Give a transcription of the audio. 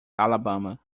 alabama